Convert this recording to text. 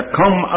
come